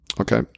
Okay